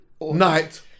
night